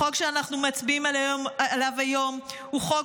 החוק שאנחנו מצביעים עליו היום הוא חוק